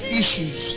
issues